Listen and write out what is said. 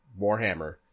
Warhammer